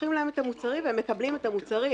שולחים להם את המוצרים והם מקבלים את המוצרים.